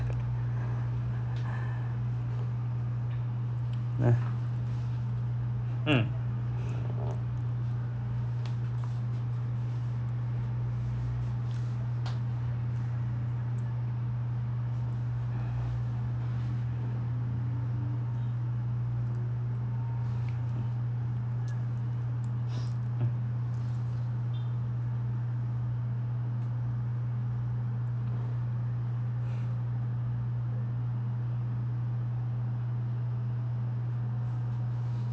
nah mm mm